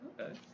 Okay